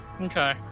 Okay